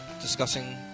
discussing